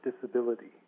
disability